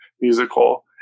musical